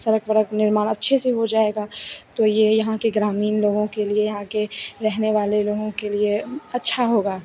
सड़क वड़क निर्माण अच्छे से हो जाएगा तो ये यहाँ के ग्रामीण लोगों के लिए यहाँ के रहने वाले लोगों के लिए अच्छा होगा